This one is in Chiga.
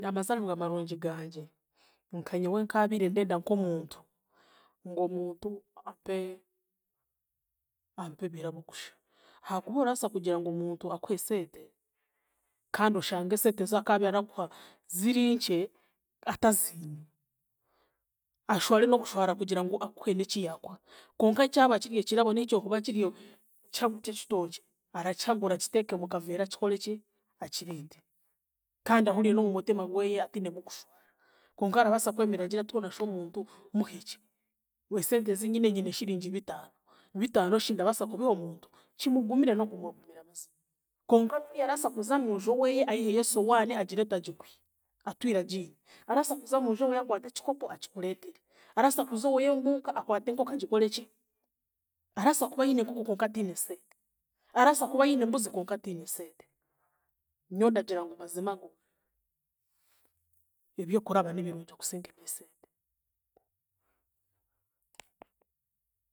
Amazaaribwa marungi gangye, nkanyowe nkaabiire ndenda nk'omuntu, ngw'omuntu ampe, ampe ebirabo kusha. Haakuba oraasa kugira ngu omuntu akuhe esente kandi oshange esente zaakaabiire arakuha ziri nkye, ataziine ashware n'okushwara kugira ngu akuhe n'eki yaakuha konka kyaba kiri ekirabo nahi kyokuba kiri ekihagu ky'ekitookye, arakihagura akiteeke mukaveera akikoreki, akireete kandi ahuriire n'omumutiima gweye atiinemu kushwara konka arabaasa kwemerera agire ati hoonashi omuntu muheki? Esente zinyine nyine shiringi bitaano, bitaano shi ndabaasa kubiha omuntu? Kimugumire n'okumugumira mazima konka arabaasa kuza omunju oweeye aiheyo esowaani agireete agikuhe, atwire agiine, araasa kuza omunju oweeye aiheyo ekikopo akikureetere, araasa kuza oweeye omuuka akwate enkoko agikoreki? Araasa kuba aine enkoko konka atiine eseete, araasa kuba aine embuzi konka atiine eseete. Nyowe ndagira ngu mazigo, ebyokuraba nibirungi kusinga eby'eseete.